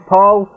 Paul